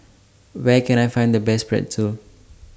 Where Can I Find The Best Pretzel